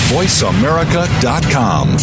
VoiceAmerica.com